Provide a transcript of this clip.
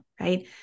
right